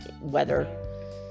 weather